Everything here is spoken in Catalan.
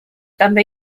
també